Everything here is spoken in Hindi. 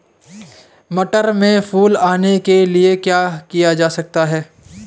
मटर में फूल आने के लिए क्या किया जा सकता है?